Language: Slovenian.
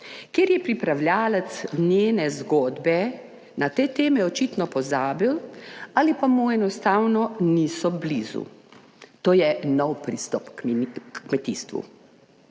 ker je pripravljavec njene zgodbe na te teme očitno pozabil ali pa mu enostavno niso blizu. To je nov pristop h kmetijstvu.